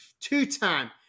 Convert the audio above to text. two-time